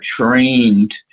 trained